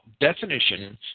definition